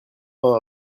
dans